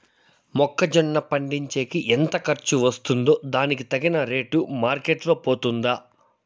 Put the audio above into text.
మొక్క జొన్న పండించేకి ఎంత ఖర్చు వస్తుందో దానికి తగిన రేటు మార్కెట్ లో పోతుందా?